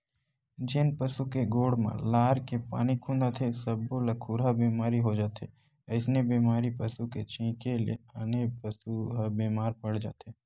जेन पसु के गोड़ म लार के पानी खुंदाथे सब्बो ल खुरहा बेमारी हो जाथे अइसने बेमारी पसू के छिंके ले आने पसू ह बेमार पड़ जाथे